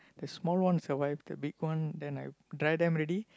the small ones are white the big one then I dry them already